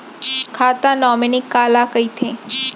खाता नॉमिनी काला कइथे?